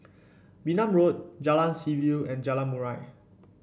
Wee Nam Road Jalan Seaview and Jalan Murai